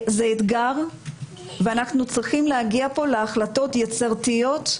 זה אתגר ואנחנו צריכים להגיע פה להחלטות יצירתיות,